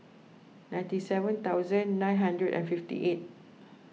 ninety seven thousand nine hundred and fifty eight